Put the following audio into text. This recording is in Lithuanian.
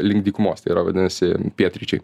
link dykumos tai yra vadinasi pietryčiai